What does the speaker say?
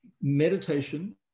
meditation